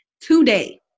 today